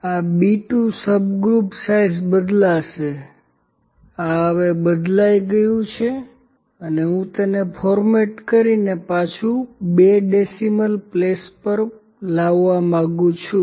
આ B2સબગ્રુપ સાઇઝ બદલાશે આ હવે બદલી ગયુ છે અને હું તેને ફોર્મેટ કરીને તેને પાછું બે ડેસિમલ પ્લેસ પર લાવવા માંગુ છું